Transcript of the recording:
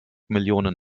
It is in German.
millionen